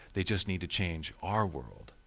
they just need to change our world.